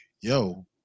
yo